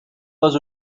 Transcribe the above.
pas